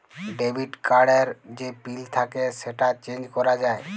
debit card এর যে pin থাক্যে সেটা চেঞ্জ ক্যরা যায়